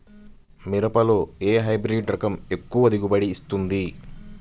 మిరపలో ఏ హైబ్రిడ్ రకం ఎక్కువ దిగుబడిని ఇస్తుంది?